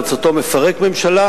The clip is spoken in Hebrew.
ברצותו מפרק ממשלה,